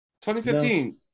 2015